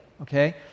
okay